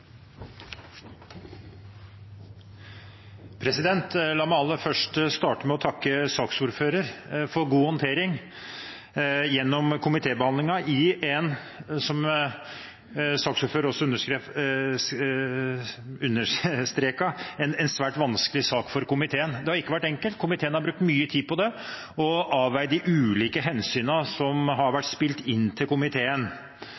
La meg aller først få takke saksordføreren for god håndtering gjennom komitébehandlingen i en, som saksordføreren også understreket, svært vanskelig sak for komiteen. Det har ikke vært enkelt. Komiteen har brukt mye tid på den og avveid de ulike hensyn som har vært spilt inn til komiteen.